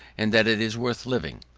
and that it is worth living.